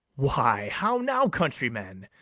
why, how now, countrymen!